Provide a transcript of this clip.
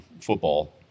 football